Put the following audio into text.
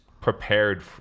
prepared